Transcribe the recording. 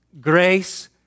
grace